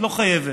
לא חייבת,